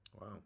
Wow